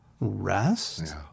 rest